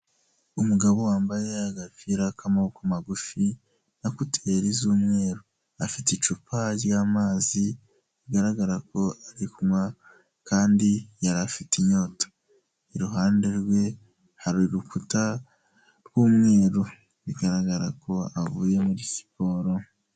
Umugabo wambaye agapira k'amaboko magufi na kuteri z'umweru afite icupa ry'amazi bigaragara ko ari kunywa kandi yari afite inyota iruhande rwe hari urukuta rw'umweru bigaragara ko avuye muri siporo.